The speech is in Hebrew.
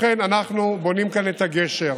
לכן אנחנו בונים כאן את הגשר,